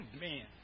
Man